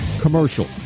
Commercial